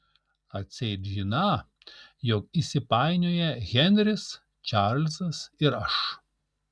atseit žiną jog įsipainioję henris čarlzas ir aš